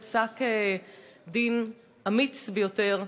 בפסק-דין אמיץ ביותר,